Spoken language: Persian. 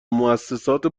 موسسات